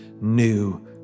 new